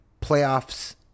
playoffs